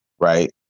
right